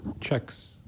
checks